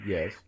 Yes